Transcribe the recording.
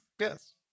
Yes